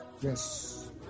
Yes